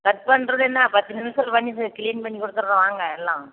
cut பண்ணுறது என்ன பத்து நிமிஷத்துல பண்ணி செ கிளீன் பண்ணி கொடுத்துட்றோம் வாங்க எல்லாம்